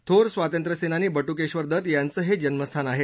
थोर स्वातंत्र्यसेनानी बटुकेश्वर दत्त यांचं हे जन्म स्थान आहे